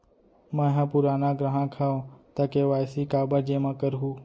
मैं ह पुराना ग्राहक हव त के.वाई.सी काबर जेमा करहुं?